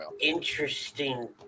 Interesting